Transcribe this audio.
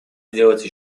сделать